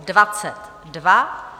22.